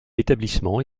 établissement